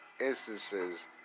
instances